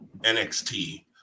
nxt